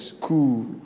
Cool